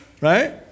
Right